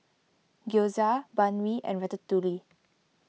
Gyoza Banh Mi and Ratatouille